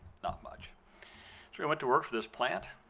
not much. so he went to work for this plant,